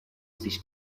sich